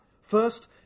first